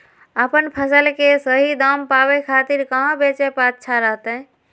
अपन फसल के सही दाम पावे खातिर कहां बेचे पर अच्छा रहतय?